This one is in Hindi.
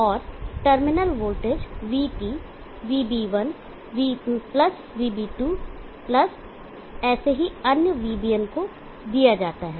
और terminal voltage VT VB1 VB2 और ऐसे ही VBn तक जाता है